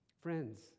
Friends